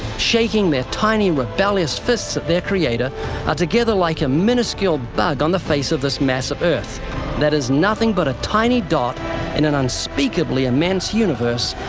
shaking their tiny, rebellious fists at their creator, are together like a minuscule bug on the face of this massive earth that is nothing but a tiny dot in an unspeakably immense universe,